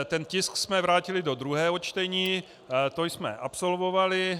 Ten tisk jsme vrátili do druhého čtení, to jsme absolvovali.